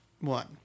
one